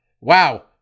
wow